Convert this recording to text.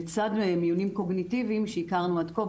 לצד מיונים קוגניטיביים שהכרנו עד כה.